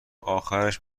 آخرش